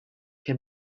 can